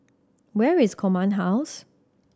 where is Command House